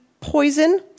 Poison